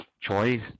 choice